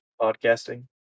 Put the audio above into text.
Podcasting